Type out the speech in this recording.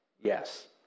Yes